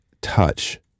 touch